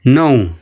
नौ